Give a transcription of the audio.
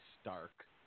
stark